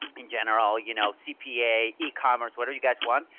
in general, you know, cpa e commerce, what do you guys want,